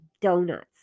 donuts